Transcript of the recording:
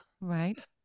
Right